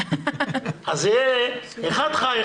אז יהיה אחד ח"י,